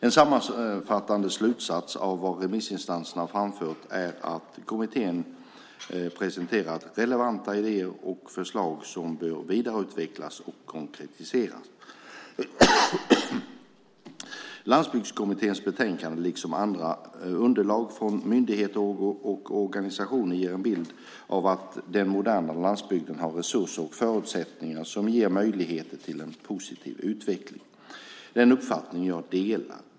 En sammanfattande slutsats av vad remissinstanserna framfört är att kommittén presenterat relevanta idéer och förslag som bör vidareutvecklas och konkretiseras. Landsbygdskommitténs betänkande liksom andra underlag från myndigheter och organisationer ger en bild av att den moderna landsbygden har resurser och förutsättningar som ger möjligheter till en positiv utveckling. Det är en uppfattning som jag delar.